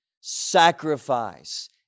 sacrifice